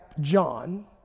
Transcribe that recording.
John